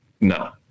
no